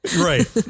right